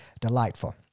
delightful